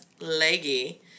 leggy